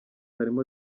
harimo